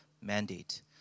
mandate